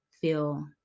feel